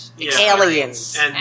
aliens